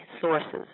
sources